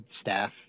staff